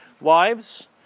Wives